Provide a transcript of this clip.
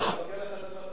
מקלקל לך את המצב-רוח.